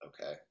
okay